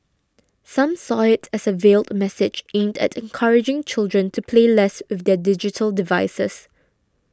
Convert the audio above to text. some saw it as a veiled message aimed at encouraging children to play less with their digital devices